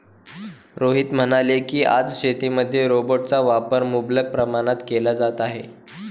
रोहित म्हणाले की, आज शेतीमध्ये रोबोटचा वापर मुबलक प्रमाणात केला जात आहे